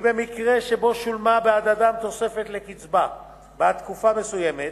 במקרה ששולמה בעד אדם תוספת לקצבה בעד תקופה מסוימת,